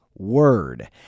word